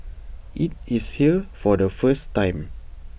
IT is here for the first time